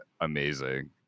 amazing